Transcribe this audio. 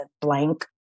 blank